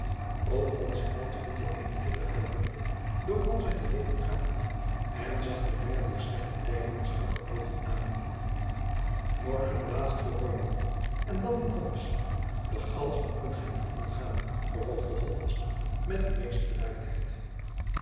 ook onze held voelde eene kille huivering door al zijne leden gaan en zag den brenger dier slechte tijding met strakke oogen aan morgen uw laatste verhoor man en dan uw vonnis de galg kunt gij niet ontgaan vervolgde holtvast met de meeste bedaardheid